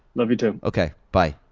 love you too. okay, bye.